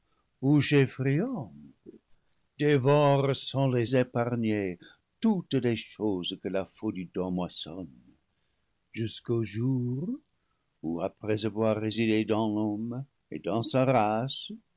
sans les épargner toutes les choses que la faux du temps moissonne jusqu'au jour où après avoir résidé dans l'homme et dans sa race